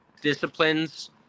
disciplines